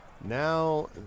now